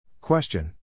Question